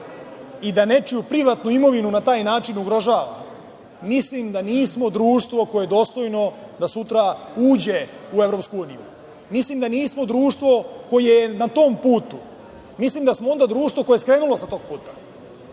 i da nečiju privatnu imovinu na taj način ugrožava, mislim da nismo društvo koje je dostojno da sutra uđe u EU. Mislim da nismo društvo koje je na tom putu, mislim da smo onda društvo koje je skrenulo sa tog puta